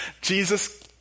Jesus